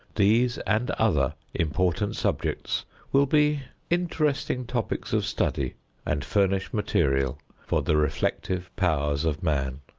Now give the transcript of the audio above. these and other important subjects will be interesting topics of study and furnish material for the reflective powers of man.